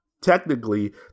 Technically